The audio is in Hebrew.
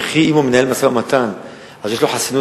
וכי אם הוא מנהל משא-ומתן אז יש לו חסינות